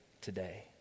today